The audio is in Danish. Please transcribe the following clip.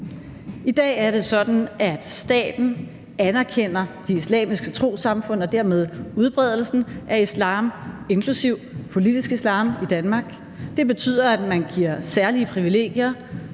I dag er det sådan, at staten anerkender de islamiske trossamfund og dermed udbredelsen af islam, inklusive politisk islam, i Danmark. Det betyder, at man giver særlige privilegier,